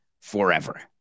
forever